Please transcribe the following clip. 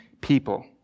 people